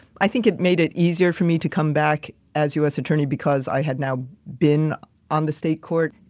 i think it made it easier for me to come back as us attorney because i had now been on the state court.